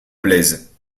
blaise